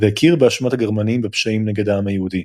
והכיר באשמת הגרמנים בפשעים נגד העם היהודי.